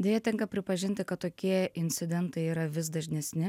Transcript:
deja tenka pripažinti kad tokie incidentai yra vis dažnesni